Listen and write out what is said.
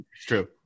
true